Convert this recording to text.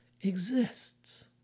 exists